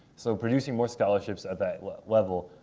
so producing more scholarships at that level,